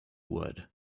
would